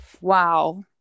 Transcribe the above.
Wow